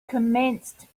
commenced